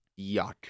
yuck